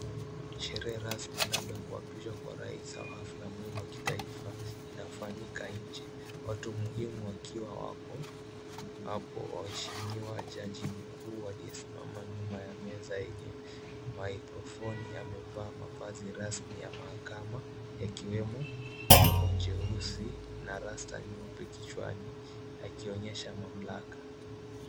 Sherehe rasmi labda kuapishwa kwa raisi au hafla muhimu ya kitaifa inafanyika nje. Watu muhimu wakiwa wako hapo waheshimiwa, jaji mkuu aliyesimama nyuma ya meza yenye maikrofoni amevaa mavazi rasmi ya mahakama yakiwemo joho jeusi na rasta nyeupe kichwani akionyesha mamlaka.